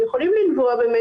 הם יכולים לנבוע באמת,